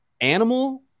animal